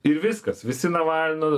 ir viskas visi navalno